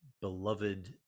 beloved